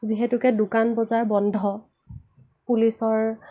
যিহেতুকে দোকান বজাৰ বন্ধ পুলিচৰ